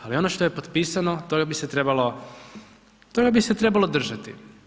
Ali ono što potpisano, toga bi se trebalo držati.